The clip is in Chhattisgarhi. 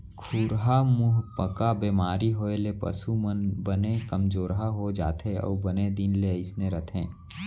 खुरहा मुहंपका बेमारी होए ले पसु मन बने कमजोरहा हो जाथें अउ बने दिन ले अइसने रथें